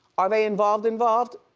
are they involved involved?